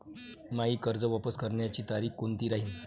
मायी कर्ज वापस करण्याची तारखी कोनती राहीन?